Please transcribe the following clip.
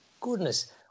goodness